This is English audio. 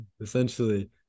Essentially